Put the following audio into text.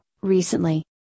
recently